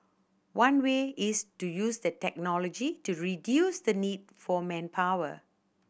one way is to use the technology to reduce the need for manpower